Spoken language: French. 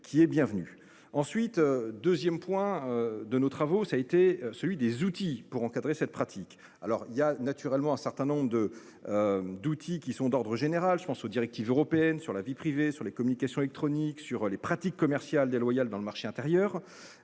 ensuite 2ème point de nos travaux, ça a été celui des outils pour encadrer cette pratique. Alors il y a naturellement un certain nombre de. D'outils qui sont d'ordre général, je pense aux directives européennes sur la vie privée sur les communications électroniques sur les pratiques commerciales déloyales dans le marché intérieur.